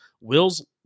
will's